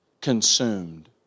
Consumed